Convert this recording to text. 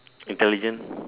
intelligent